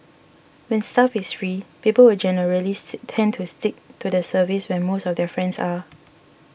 when stuff is free people will generally say tend to stick to the service where most of their friends are